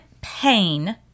pain